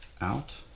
Out